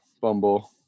Bumble